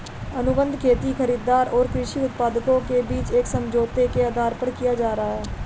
अनुबंध खेती खरीदार और कृषि उत्पादकों के बीच एक समझौते के आधार पर किया जा रहा है